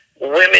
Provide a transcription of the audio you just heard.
women